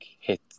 hit